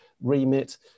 remit